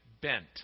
bent